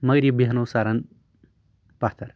مَگر یہِ بیہنوٚو سرن پَتھر